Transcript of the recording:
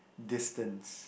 distance